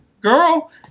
girl